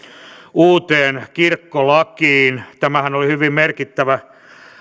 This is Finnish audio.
uuteen kirkkolakiin tämähän oli hyvin merkittävä